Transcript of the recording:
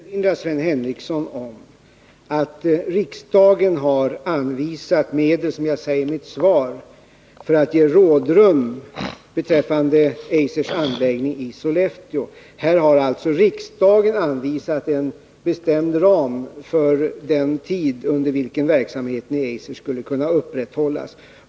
Herr talman! Jag vill erinra Sven Henricsson om att riksdagen har anvisat medel, som jag säger i mitt svar, för att ge rådrum beträffande Eisers anläggning i Sollefteå. Riksdagen har alltså anvisat en bestämd ram för den tid under vilken verksamheten i Eiser skulle kunna upprätthållas.